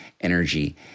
Energy